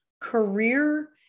career